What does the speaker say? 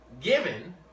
given